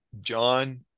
john